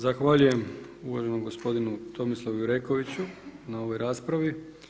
Zahvaljujem uvaženom gospodinu Tomislavu Jurekoviću na ovoj raspravi.